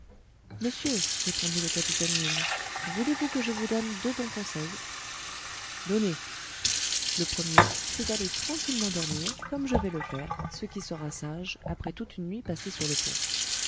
monsieur répondit le capitaine yin voulez-vous que je vous donne deux bons conseils donnez le premier c'est d'aller tranquillement dormir comme je vais le faire ce qui sera sage après toute une nuit passée sur le pont